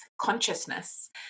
consciousness